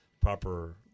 proper